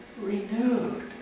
renewed